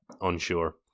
Unsure